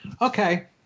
okay